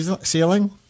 ceiling